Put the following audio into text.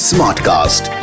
Smartcast